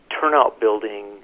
turnout-building